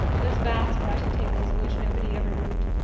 those vast writing tables at which nobody ever wrote.